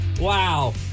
Wow